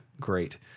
Great